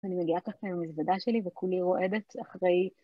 אני מגיעה ככה עם המזוודה שלי, וכולי רועדת אחרי...